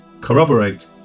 corroborate